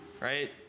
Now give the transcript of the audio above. right